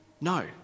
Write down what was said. No